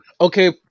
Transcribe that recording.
Okay